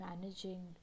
managing